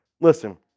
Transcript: Listen